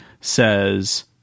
says